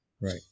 right